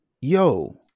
yo